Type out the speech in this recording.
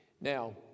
Now